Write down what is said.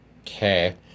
Okay